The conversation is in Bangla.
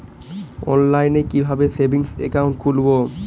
অনলাইনে কিভাবে সেভিংস অ্যাকাউন্ট খুলবো?